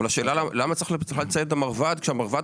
אבל השאלה למה צריך בכלל לציין את המרב"ד כשהמרב"ד